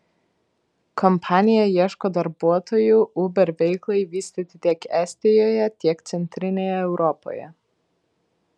kompanija ieško darbuotojų uber veiklai vystyti tiek estijoje tiek centrinėje europoje